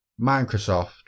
Microsoft